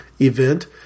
event